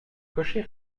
cocher